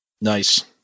Nice